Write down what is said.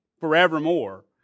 forevermore